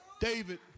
David